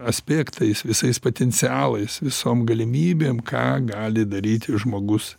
aspektais visais potencialais visom galimybėm ką gali daryti žmogus